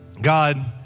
God